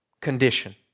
condition